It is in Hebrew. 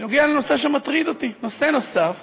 בנושא שמטריד אותי, נושא נוסף